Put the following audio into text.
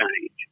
change